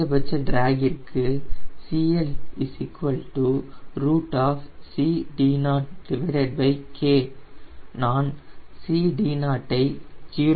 குறைந்தபட்ச டிராக்கிற்கு CL CD0K நான் CD0 ஐ 0